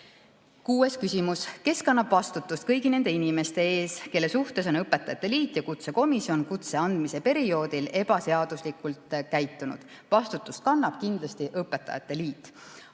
Kuues küsimus: "Kes kannab vastutust kõigi nende inimeste ees, kelle suhtes on EÕL ja kutsekomisjon kutse andmise perioodil ebaseaduslikult käitunud?" Vastutust kannab kindlasti õpetajate liit.